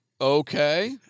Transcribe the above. Okay